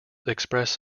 express